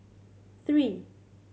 three